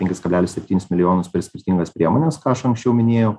penkis kablelis septynis milijonus per skirtingas priemones ką aš anksčiau minėjau